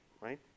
Right